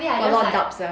a lot of doubts there